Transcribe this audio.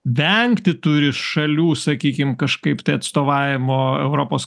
vengti turi šalių sakykim kažkaip tai atstovavimo europos